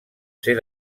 ser